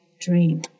dream